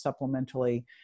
supplementally